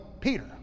Peter